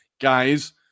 Guys